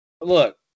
Look